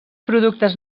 productes